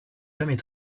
jamais